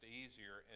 easier